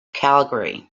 calgary